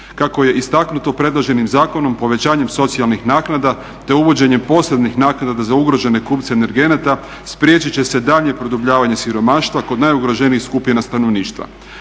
Kako je istaknuto predloženim zakonom povećanjem socijalnih naknada te uvođenjem posebnih naknada za ugrožene kupce energenata spriječiti će daljnje produbljavanje siromaštva kod najugroženijih skupina stanovništva.